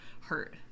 hurt